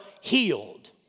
healed